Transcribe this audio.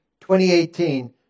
2018